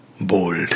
bold